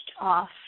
off